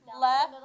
left